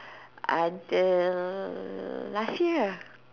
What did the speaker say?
until last year